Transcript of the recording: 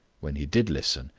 when he did listen,